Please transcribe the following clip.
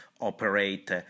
operate